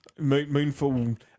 moonfall